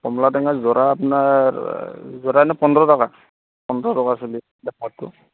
কমলা টেঙা যোৰা আপোনাৰ যোৰা এনেই পোন্ধৰ টকা পোন্ধৰ টকা চলি বেচাটো